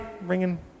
ringing